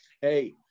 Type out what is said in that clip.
hey